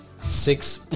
six